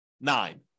nine